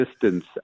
distance